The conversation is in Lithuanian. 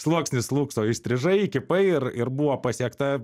sluoksnis slūgso įstrižai įkypai ir ir buvo pasiekta